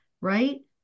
right